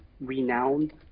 renowned